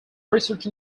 research